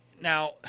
Now